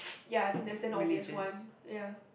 ya I think that's an obvious one ya